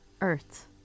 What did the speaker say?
Earth